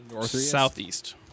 Southeast